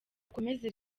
ukomeze